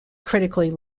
critically